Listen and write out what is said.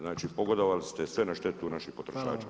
Znači pogodovali ste sve na štetu naših potrošača.